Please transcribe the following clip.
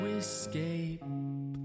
escape